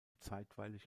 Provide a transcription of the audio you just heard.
zeitweilig